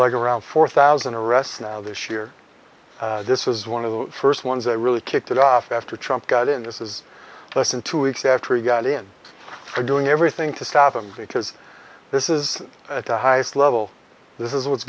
leg around four thousand arrests now this year this is one of the first ones that really kicked it off after trump got in this is less than two weeks after he got in are doing everything to stop them because this is at the highest level this is what's